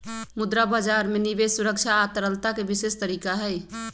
मुद्रा बजार में निवेश सुरक्षा आ तरलता के विशेष तरीका हई